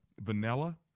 vanilla